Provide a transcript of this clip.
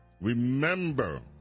remember